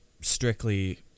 strictly